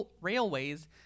Railways